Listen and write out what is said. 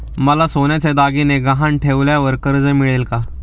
मला सोन्याचे दागिने गहाण ठेवल्यावर कर्ज मिळेल का?